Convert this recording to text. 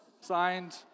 Signed